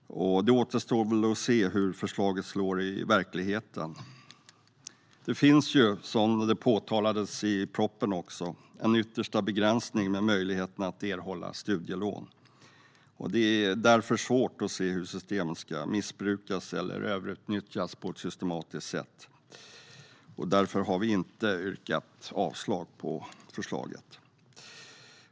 Det återstår att se hur förslaget slår i verkligheten. Det finns, vilket också påpekas i propositionen, en yttersta begränsning för möjligheterna att erhålla studielån. Det är därför svårt att se hur systemet skulle kunna missbrukas eller överutnyttjas på ett systematiskt sätt. Därför har vi inte yrkat avslag på förslaget.